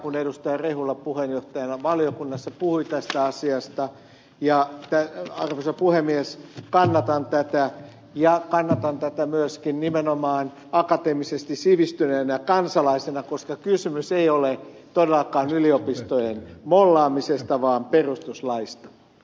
rehula valiokunnan puheenjohtajana puhui tästä asiasta ja arvoisa puhemies kannatan tätä ja kannatan tätä nimenomaan akateemisesti sivistyneenä kansalaisena koska kysymys ei ole todellakaan yliopistojen mollaamisesta vaan perustuslaista